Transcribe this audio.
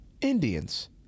Indians